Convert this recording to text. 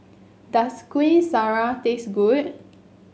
does Kueh Syara taste good